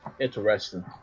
interesting